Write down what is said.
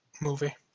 movie